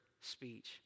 speech